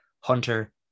Hunter